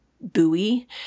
buoy